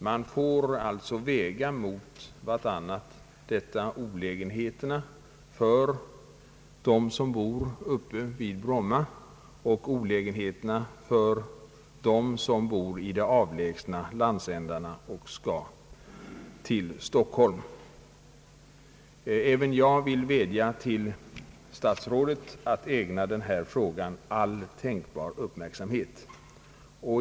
Man får alltså väga mot varandra olägenheterna för dem som bor i närheten av Bromma och olägenheterna för dem som bor i avlägsna landsändar, när de skall resa till Stockholm. Även jag vill rikta en vädjan till statsrådet att ägna denna fråga all tänkbar uppmärksamhet.